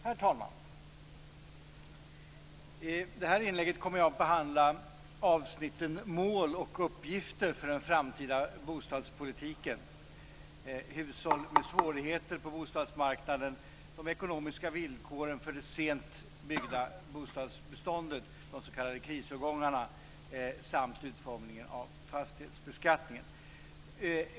Herr talman! I det här inlägget kommer jag att behandla avsnitten om mål och uppgifter för den framtida bostadspolitiken, hushåll med svårigheter på bostadsmarknaden, de ekonomiska villkoren för det sent byggda bostadsbeståndet, de s.k. krisårgångarna, samt utformningen av fastighetsbeskattningen.